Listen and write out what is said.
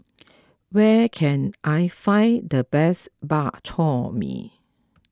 where can I find the best Bak Chor Mee